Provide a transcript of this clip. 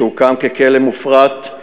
שהוקם ככלא מופרט,